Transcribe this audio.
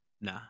Nah